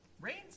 Rain's